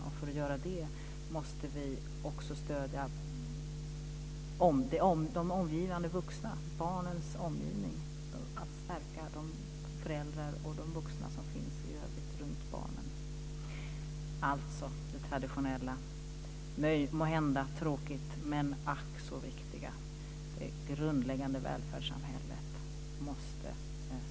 För att göra det måste vi också stödja de omgivande vuxna, barnens omgivning, stärka de föräldrar och andra vuxna som finns runt barnen. Alltså det traditionella måhända tråkiga men ack så viktiga: Det grundläggande välfärdssamhället måste stärkas.